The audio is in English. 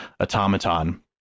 automaton